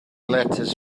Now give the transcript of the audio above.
letters